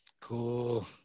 Cool